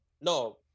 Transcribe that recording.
No